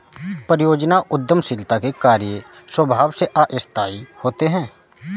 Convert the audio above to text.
परियोजना उद्यमशीलता के कार्य स्वभाव से अस्थायी होते हैं